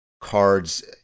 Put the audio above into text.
cards